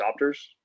adopters